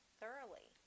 thoroughly